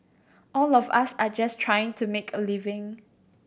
all of us are just trying to make a living